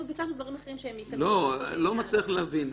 אנחנו ביקשנו דברים אחרים -- אני לא מצליח להבין.